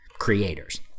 creators